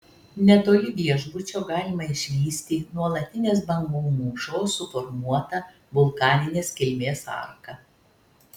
netoli viešbučio galima išvysti nuolatinės bangų mūšos suformuotą vulkaninės kilmės arką